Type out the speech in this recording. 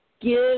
give